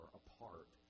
apart